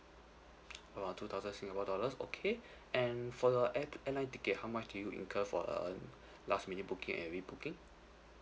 oh !wow! two thousand singapore dollars okay and for the air airline ticket how much do you incur for a last minute booking and rebooking